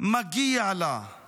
"מגיע לה";